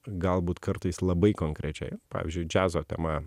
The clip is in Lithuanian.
galbūt kartais labai konkrečiai pavyzdžiui džiazo tema